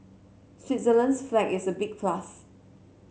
Switzerland's flag is a big plus